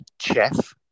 chef